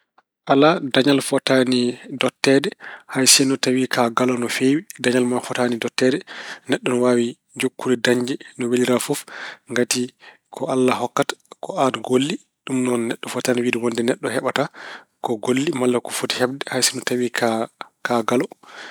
Alaa, dañal fotaani dotteede. Hayi sinno tawi ko a galo feewi dañal ma fotaani dotteede. Neɗɗo ina waawi joggude dañde no weliraa fof ngati ko Allah hokkata, ko aan golli. Ɗum neɗɗo fotaani wiyde wonde neɗɗo heɓataa ko golli malla ko foti heɓde haysinno tawi ka- ko a galo.